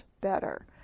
better